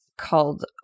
called